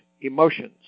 emotions